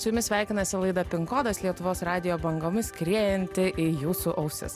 su jumis sveikinasi laida pinkodas lietuvos radijo bangomis skriejanti į jūsų ausis